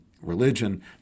religion